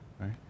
right